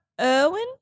Irwin